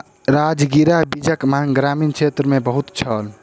राजगिरा बीजक मांग ग्रामीण क्षेत्र मे बहुत छल